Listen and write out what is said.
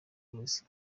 bumeze